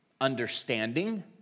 understanding